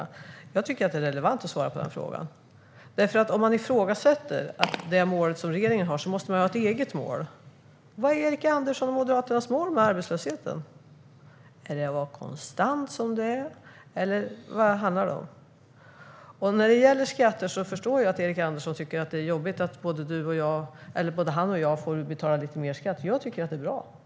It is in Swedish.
Jag tycker dock att det är relevant att svara på min fråga. Om man ifrågasätter det mål som regeringen har måste man ha ett eget mål. Vilket är Erik Anderssons och Moderaternas mål för arbetslösheten? Är det att den ska vara konstant som den är, eller vad handlar det om? När det gäller skatter förstår jag att Erik Andersson tycker att det är jobbigt att både han och jag får betala lite mer i skatt. Jag tycker för min del att det är bra.